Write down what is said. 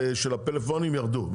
של הפלאפונים ירדו,